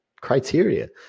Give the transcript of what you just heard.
criteria